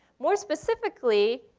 more specifically,